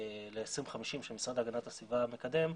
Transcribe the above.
ל-2050 שהמשרד להגנת הסביבה מקדם,